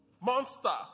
monster